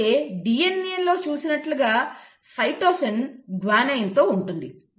అలాగే DNAలో చూసినట్లుగా సైటోసిన్ గ్వానైన్తో ఉంటుంది